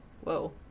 Whoa